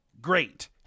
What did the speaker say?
Great